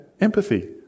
empathy